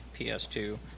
PS2